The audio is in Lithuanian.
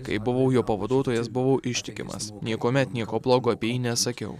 kai buvau jo pavaduotojas buvau ištikimas niekuomet nieko blogo apie jį nesakiau